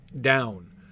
down